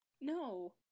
No